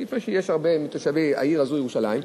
כפי שיש להרבה מתושבי העיר ירושלים,